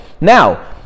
Now